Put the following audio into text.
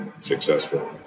successful